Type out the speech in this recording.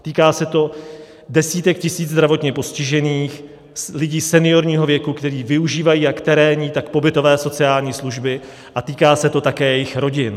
Týká se to desítek tisíc zdravotně postižených, lidí seniorního věku, kteří využívají jak terénní, tak pobytové sociální služby, a týká se to také jejich rodin.